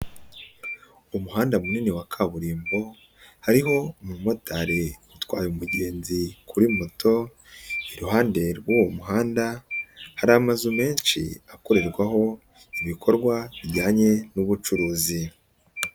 Umuhanda munini wa kaburimbo, harimo umumotari utwaye umugenzi kuri moto iruhande rw'uwo muhanda hari amazu menshi, akorerwaho ibikorwa bijyanye n'ubucuruzi.